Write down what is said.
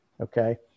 Okay